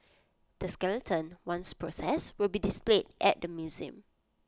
the skeleton once processed will be displayed at the museum